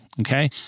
Okay